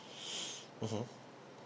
mmhmm